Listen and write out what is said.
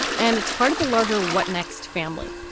and it's part of a larger what next family.